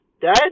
Dad